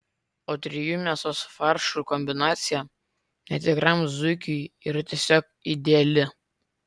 o trijų mėsos faršų kombinacija netikram zuikiui yra tiesiog ideali